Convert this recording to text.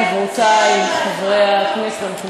חברותי חברי הכנסת שר,